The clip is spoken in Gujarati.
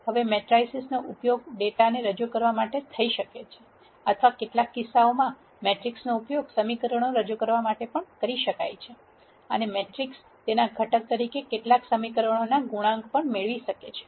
હવે મેટ્રિસીસ નો ઉપયોગ ડેટાને રજૂ કરવા માટે થઈ શકે છે અથવા કેટલાક કિસ્સાઓમાં મેટ્રિક્સનો ઉપયોગ સમીકરણો રજૂ કરવા માટે પણ થઈ શકે છે અને મેટ્રિક્સ તેના ઘટક તરીકે કેટલાક સમીકરણોમાં ગુણાંક મેળવી શકે છે